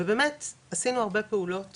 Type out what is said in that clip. ובאמת עשינו הרבה פעולות